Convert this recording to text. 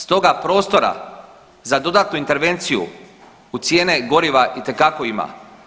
Stoga prostora za dodatnu intervenciju u cijene goriva itekako imamo.